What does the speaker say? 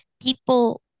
people